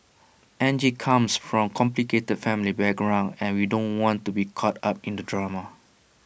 Angie comes from A complicated family background and we don't want to be caught up in the drama